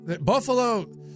Buffalo